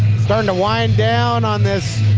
starting to wind down on this